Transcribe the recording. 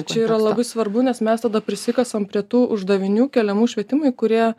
čia yra labai svarbu nes mes tada prisikasam prie tų uždavinių keliamų švietimui kurie